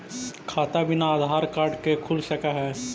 खाता बिना आधार कार्ड के खुल सक है?